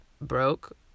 broke